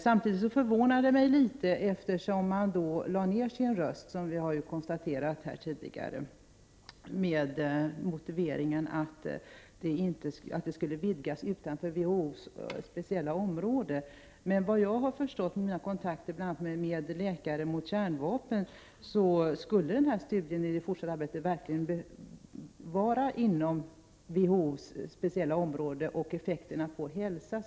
Samtidigt förvånar det mig något, eftersom Sverige lade ner sin röst, vilket har konstaterats här tidigare, med motiveringen att studierna skulle utvidgas till områden utanför WHO:s område. Men såvitt jag har förstått av mina kontakter med bl.a. Svenska läkare mot kärnvapen skulle denna studie bedrivas inom WHO:s speciella område och inriktas på effekterna på hälsan.